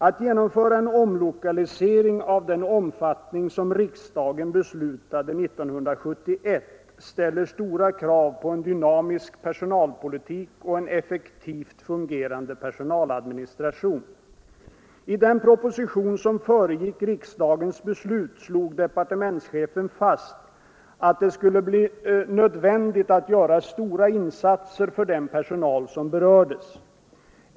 Att genomföra en omlokalisering av den omfattning som riksdagen beslutade 1971 ställer stora krav på en dynamisk personalpolitik och en effektivt fungerande personaladministration. I den proposition som föregick riksdagens beslut slog departementschefen fast att det skulle bli nödvändigt att göra stora insatser för den personal som berördes.